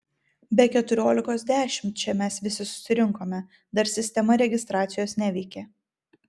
be keturiolikos dešimt čia mes visi susirinkome dar sistema registracijos neveikė